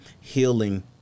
healing